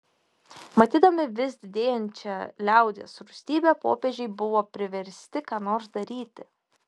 matydami vis didėjančią liaudies rūstybę popiežiai buvo priversti ką nors daryti